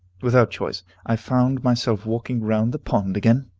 without choice, i found myself walking round the pond again.